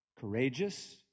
courageous